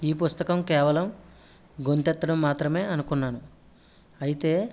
ఈ పుస్తకం కేవలం గొంతెత్తడం మాత్రమే అనుకున్నాను అయితే